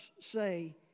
say